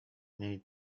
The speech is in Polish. niej